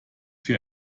für